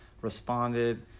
responded